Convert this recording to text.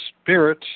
spirit